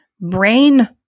brain